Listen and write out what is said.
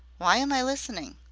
why am i listening?